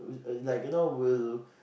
like like you will